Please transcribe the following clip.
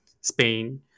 Spain